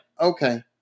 okay